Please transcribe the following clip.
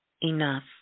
enough